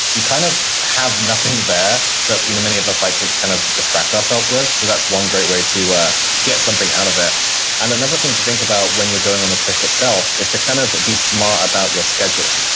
you kind of have nothing there that you know many of us like to kind of distract ourselves with. so, that's one great way to get something out of it and another thing to think about when you're going on the trip itself is to kind of be smart about your scheduling.